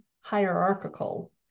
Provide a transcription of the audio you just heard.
hierarchical